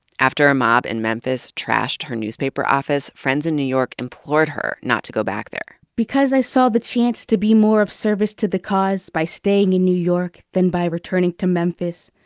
after a mob in memphis trashed her newspaper office, friends in new york implored her not to go back, because i saw the chance to be more of service to the cause by staying in new york than by returning to memphis,